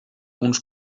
uns